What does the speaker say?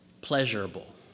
pleasurable